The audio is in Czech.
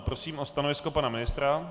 Prosím o stanovisko pana ministra.